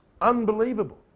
unbelievable